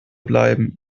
bleiben